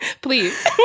please